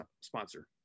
sponsor